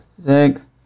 six